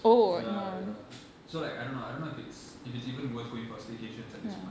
ya ya so like I don't know I don't know if it's if it's even worth going for staycations at this point